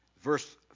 Verse